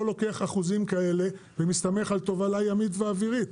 לוקח אחוזים כאלה ומסתמך על תובלה ימית ואווירית,